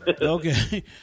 Okay